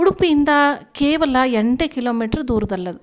ಉಡುಪಿಯಿಂದ ಕೇವಲ ಎಂಟೇ ಕಿಲೋಮೀಟ್ರು ದೂರ್ದಲ್ಲಿ ಅದು